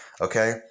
Okay